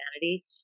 humanity